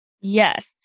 Yes